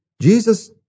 Jesus